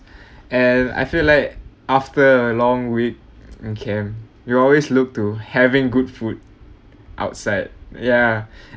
and I feel like after a long week in camp you always look to having good food outside ya